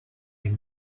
him